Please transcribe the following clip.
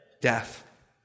Death